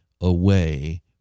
away